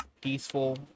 peaceful